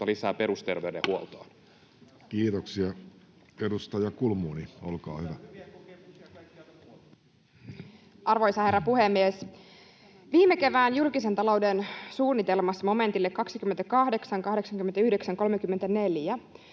kaikkialta muualta!] Kiitoksia. — Edustaja Kulmuni, olkaa hyvä. Arvoisa herra puhemies! Viime kevään julkisen talouden suunnitelmassa momentille 28.89.34